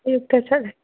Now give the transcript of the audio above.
ꯑꯌꯨꯛꯇ ꯆꯠꯂꯦ